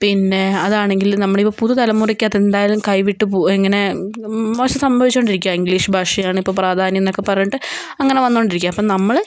പിന്നെ അതാണെങ്കില് നമ്മളിപ്പം പുതുതലമുറക്ക് അതെന്തായാലും കൈവിട്ട് പോകും ഇങ്ങനെ മോശം സംഭവിച്ചുകൊണ്ടിരിക്കുകയാണ് ഇംഗ്ലീഷ് ഭാഷയാണ് ഇപ്പം പ്രാധാന്യമെന്നൊക്കെ പറഞ്ഞിട്ട് അങ്ങനെ വന്നുകൊണ്ടിരിക്കുവാണ് അപ്പോൾ നമ്മള്